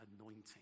anointing